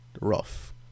rough